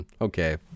okay